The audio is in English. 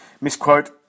Misquote